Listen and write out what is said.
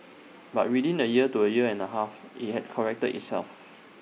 but within A year to A year and A half IT had corrected itself